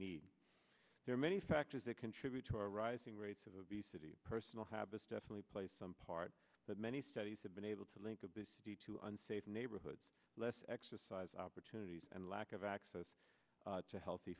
need there are many factors that contribute to our rising rates of obesity personal habits definitely play some part but many studies have been able to link obesity to unsafe neighborhoods less exercise opportunities and lack of access to healthy